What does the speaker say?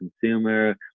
consumer